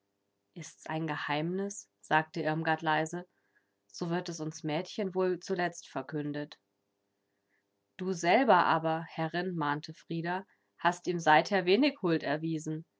ist's ein geheimnis sagte irmgard leise so wird es uns mädchen wohl zuletzt verkündet du selber aber herrin mahnte frida hast ihm seither wenig huld erwiesen